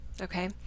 okay